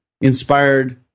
inspired